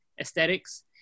aesthetics